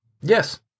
Yes